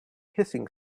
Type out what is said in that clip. hissing